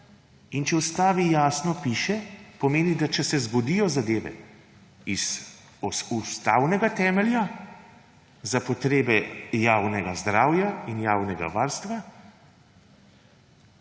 Če v Ustavi jasno piše, da če se zgodijo zadeve iz ustavnega temelja za potrebe javnega zdravja in javnega varstva,